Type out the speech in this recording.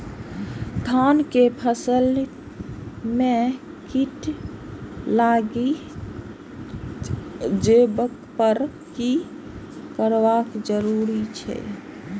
धान के फसल में कीट लागि जेबाक पर की करब जरुरी छल?